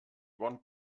bon